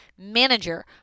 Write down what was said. Manager